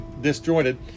disjointed